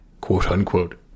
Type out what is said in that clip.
quote-unquote